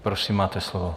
Prosím, máte slovo.